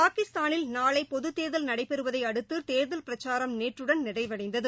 பாகிஸ்தானில் நாளை பொது தேர்தல் நடைபெறுவதை அடுத்து தேர்தல் பிரச்சாரம் நேற்றுடன் நிறைவடைந்தது